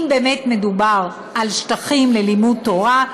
אם באמת מדובר על שטחים ללימוד תורה,